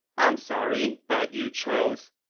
i'm sorry, but you chose,